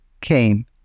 came